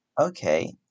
Okay